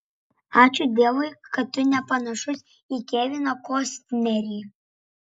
ačiū dievui kad tu nepanašus į keviną kostnerį